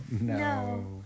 No